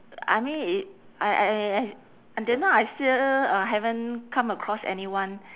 I mean it I I I until now I still uh haven't come across anyone